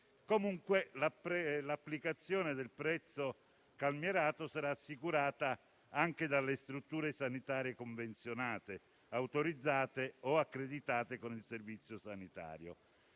Comunque l'applicazione del prezzo calmierato sarà assicurata anche dalle strutture sanitarie convenzionate, autorizzate o accreditate con il Servizio sanitario.